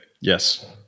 Yes